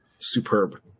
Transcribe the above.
superb